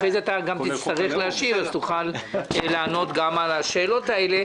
אחרי כן אתה תצטרך גם להשיב אז תוכל לענות גם על השאלות הללו.